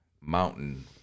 mountain